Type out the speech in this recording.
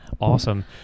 Awesome